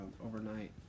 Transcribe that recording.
overnight